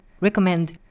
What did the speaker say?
recommend